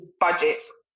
budgets